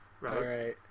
Right